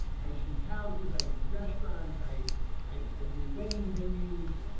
i shoot houses, i do restaurants, i i do wedding venues